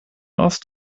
ost